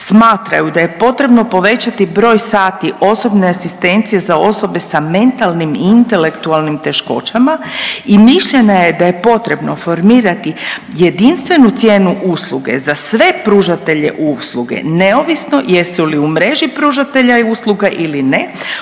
Smatraju da je potrebno povećati broj sati osobne asistencije za osobe sa mentalnim i intelektualnim teškoćama i mišljenja je da je potrebno formirati jedinstvenu cijenu usluge za sve pružatelje usluge neovisno jesu li u mreži pružatelja usluge ili ne